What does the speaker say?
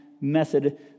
method